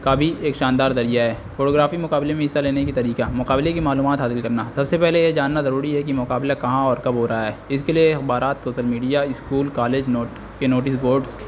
کا بھی ایک شاندار دریعہ ہے فوٹو گرافی مقابلے میں حصہ لینے کے طرقہ مقابلے کی معلومات حاصل کرنا سب سے پہلے یہ جاننا ضروری ہے کہ مقابلہ کہاں اور کب ہو رہا ہے اس کے لیے اخبارات social media school college note کے نوٹس بورڈس